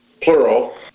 plural